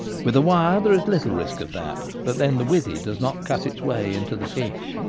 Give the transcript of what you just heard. with a wire there is little risk of that but then the withy does not cut its way into the fish.